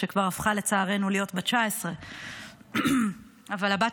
שכבר הפכה לצערנו להיות בת 19. אבל הבת